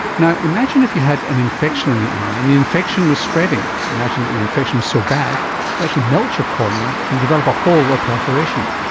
imagine if you had an infection in the eye and the infection was spreading. imagine that the infection was so bad it actually melts your cornea and you develop a hole or perforation.